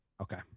Okay